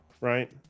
Right